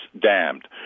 damned